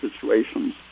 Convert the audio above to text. situations